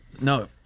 No